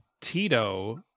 Tito